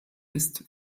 ist